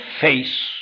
face